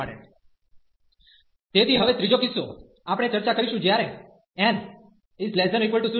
માટે તેથી હવે ત્રિજો કિસ્સો આપણે ચર્ચા કરીશું જ્યારે n≤0